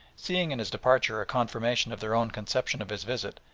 seeing in his departure a confirmation of their own conception of his visit,